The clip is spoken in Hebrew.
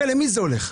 הרי למי זה הולך?